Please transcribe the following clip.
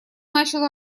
начал